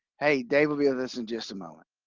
hey, dave will be with us in just a moment.